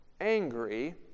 angry